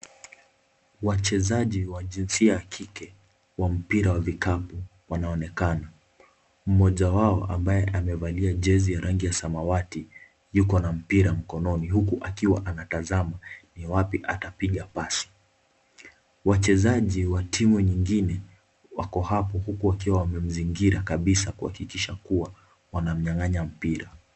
Wachezaji wa jinsia ya kike, wa mpira wa vikapu wanaonekana. Mmoja wao ambaye amevalia jezi ya rangi ya samawati, yuko na mpira mkononi huku akiwa anatazama ni wapi atapiga Pasi. Wachezaji wa timu nyingine wako hapo huku wakiwa wamemzingira kabisa kuhakikisha kuwa wanamunyang'anya mpira.